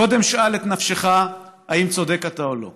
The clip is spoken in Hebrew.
"קודם כול שאל את נפשך האם צודק אתה, או לא.